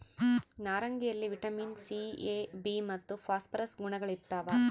ನಾರಂಗಿಯಲ್ಲಿ vitamin C A B ಮತ್ತು phosphorus ಗುಣಗಳಿರ್ತಾವ